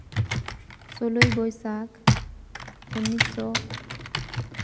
ᱥᱳᱞᱞᱳᱭ ᱵᱳᱭᱥᱟᱹᱠ ᱩᱱᱤᱥᱥᱚ